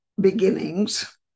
beginnings